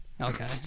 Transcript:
Okay